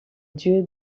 dieu